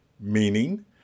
Meaning